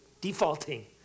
defaulting